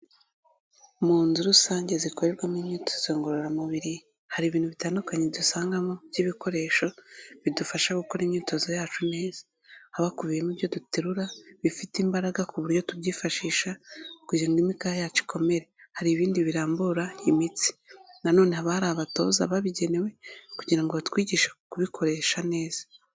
Mu nzu rusange zikorerwamo imyitozo ngororamubiri, hari ibintu bitandukanye dusangamo by'ibikoresho, bidufasha gukora imyitozo yacu neza. haba bakubiyemo ibyo duterura, bifite imbaraga ku buryo tubyifashisha kugira ngo imikaya yacu ikomere. Hari ibindi birambura imitsi, nanone haba hari abatoza babigenewe kugira ngo batwigishe kubikoresha neza.